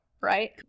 right